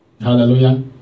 Hallelujah